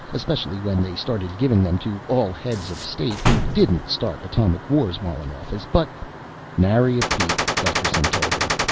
especially when they started giving them to all heads of state who didn't start atomic wars while in office, but nary a peep, gusterson told him.